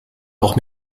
auch